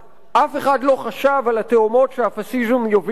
אף אחד לא חשב על התהומות שהפאשיזם יוביל אליהם.